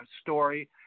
story